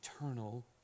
eternal